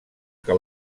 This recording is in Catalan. que